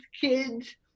kids